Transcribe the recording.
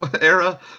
era